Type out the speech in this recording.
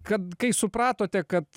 kad kai supratote kad